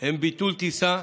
הם ביטול טיסה,